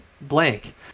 blank